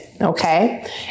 Okay